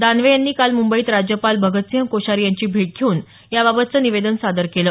दानवे यांनी काल मुंबईत राज्यपाल भगतसिंह कोश्यारी यांची भेट घेऊन याबाबतचं निवेदन सादर केलं